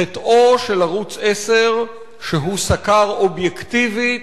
חטאו של ערוץ-10, שהוא סקר אובייקטיבית,